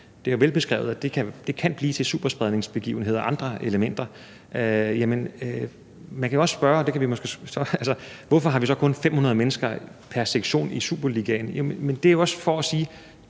det er jo velbeskrevet – kan blive til superspredningsbegivenheder? Man kan jo også spørge, hvorfor vi kun har 500 mennesker pr. sektion i superligaen. Det er jo også for at sige: